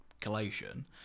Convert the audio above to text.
collation